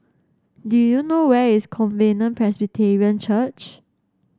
do you know where is Covenant Presbyterian Church